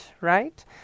Right